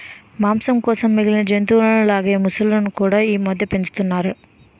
మాంసం కోసం మిగిలిన జంతువుల లాగే మొసళ్ళును కూడా ఈమధ్య పెంచుతున్నారు